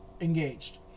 engaged